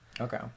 Okay